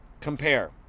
Compare